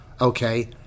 okay